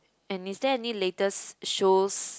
and is there any latest shows